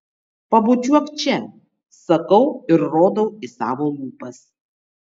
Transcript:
pabučiuok čia sakau ir rodau į savo lūpas